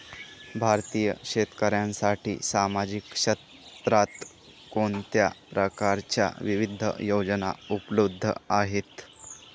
भारतीय शेतकऱ्यांसाठी सामाजिक क्षेत्रात कोणत्या प्रकारच्या विविध योजना उपलब्ध आहेत?